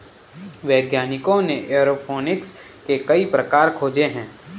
वैज्ञानिकों ने एयरोफोनिक्स के कई प्रकार खोजे हैं